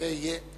וכנראה עוד יהיה.